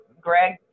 Greg